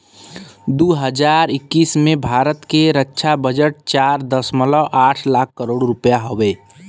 दू हज़ार इक्कीस में भारत के रक्छा बजट चार दशमलव आठ लाख करोड़ रुपिया हउवे